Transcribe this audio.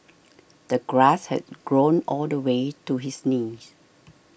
the grass had grown all the way to his knees